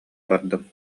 бардым